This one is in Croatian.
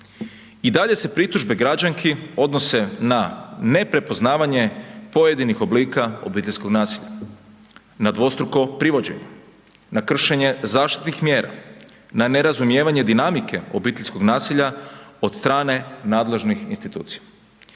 I dalje se pritužbe građanki odnose na neprepoznavanje pojedinih oblika obiteljskog nasilja, na dvostruko privođenje, na kršenje zaštitnih mjera, na nerazumijevanje dinamike obiteljskog nasilja od strane nadležnih institucija.